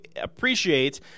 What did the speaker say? appreciate